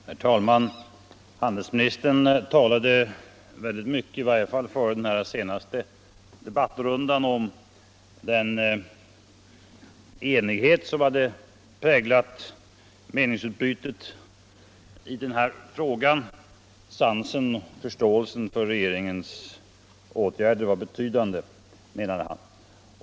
Herr talman! Handelsministern talade väldigt mycket — i varje fall före den senaste debattrundan — om den enighet som har präglat meningsutbytet i denna fråga. Sansen och förståelsen för regeringens åtgärder var betydande, menade han.